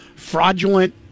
fraudulent